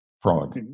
Frog